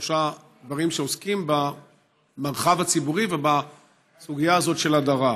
שלושה דברים שעוסקים במרחב הציבורי ובסוגיה הזאת של הדרה: